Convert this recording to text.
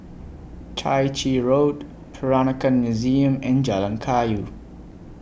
Chai Chee Road Peranakan Museum and Jalan Kayu